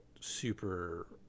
super